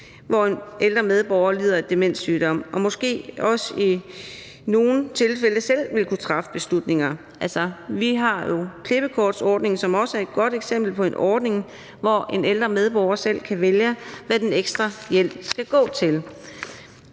hvor en ældre medborger lider af en demenssygdom; den ældre medborger vil måske også i nogle tilfælde selv kunne træffe beslutninger. Altså, vi har jo klippekortsordningen, som også er et godt eksempel på en ordning, hvor en ældre medborger selv kan vælge, hvad den ekstra hjælp skal gå til.